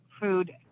food